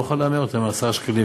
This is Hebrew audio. לא יוכל להמר על יותר מ-10 שקלים.